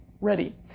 ready